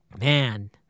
Man